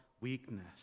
weakness